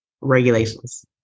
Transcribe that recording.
regulations